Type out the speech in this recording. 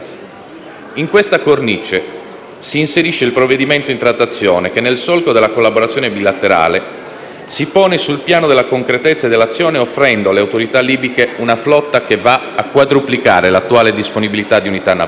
In questa cornice si inserisce il provvedimento in trattazione che, nel solco della collaborazione bilaterale, si pone sul piano della concretezza dell'azione offrendo alle autorità libiche una flotta che va a quadruplicare l'attuale disponibilità di unità navali